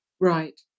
Right